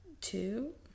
two